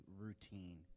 routine